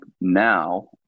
now